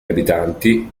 abitanti